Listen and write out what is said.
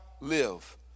live